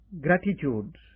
gratitude